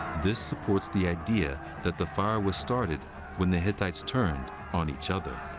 this supports the idea that the fire was started when the hittites turned on each other.